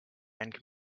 and